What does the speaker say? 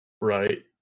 right